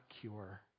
cure